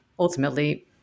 Ultimately